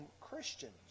Christians